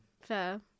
Fair